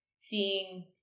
seeing